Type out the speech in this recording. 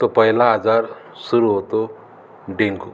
त पहिला आजार सुरू होतो डेंगू